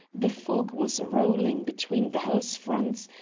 the fog was rolling between the house-fronts,